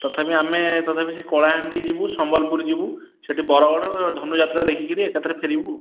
ତଥାପି ଆମେ ତଥାପି ସେହି କଳାହାଣ୍ଡି ଯିବୁ ସମ୍ବଲପୁର ଯିବୁ ସେଇଠି ବରଗଡ଼ ଧନୁଯାତ୍ରା ଦେଖିକିରି ଏକା ଥରେ ଫେରିବୁ